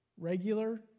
regular